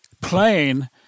plain